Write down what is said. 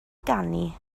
ganu